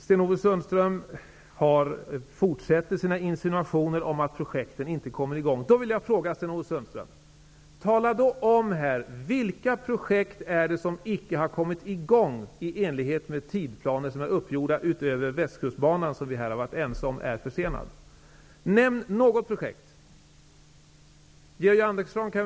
Sten-Ove Sundström fortsätter sina insinuationer om att projekten inte kommer i gång. Jag vill då fråga Sten-Ove Sundström: Vilka projekt är det som inte kommit i gång i enlighet med uppgjorda tidsplaner? Jag bortser härvid från västkustbanan -- vi har här varit ense om att den är försenad. Nämn något sådant projekt!